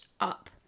up